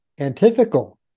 antithetical